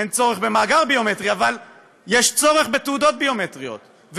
אין צורך במאגר ביומטרי אבל יש צורך בתעודות ביומטריות,